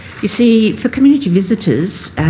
you see, for community visitors,